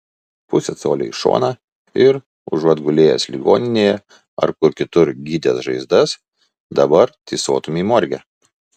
pusė colio į šoną ir užuot gulėjęs ligoninėje ar kur kitur gydęs žaizdas dabar tysotumei morge